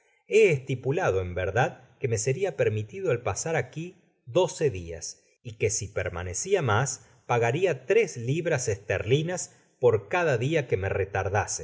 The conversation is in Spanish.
he estipulado en verdad que me seria permitido el pasar aqui doce dias y que si permanecia mas pagaria tres libras esterlinas por cada dia que me retardase